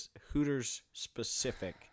Hooters-specific